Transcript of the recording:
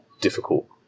difficult